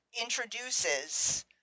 introduces